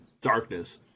darkness